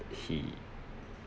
he